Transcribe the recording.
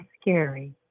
scary